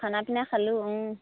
খানা পিনা খালোঁ ও